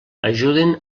ajuden